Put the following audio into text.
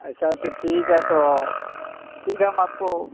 अच्छा तो ठीक है तो ठीक है हम आपको